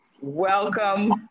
Welcome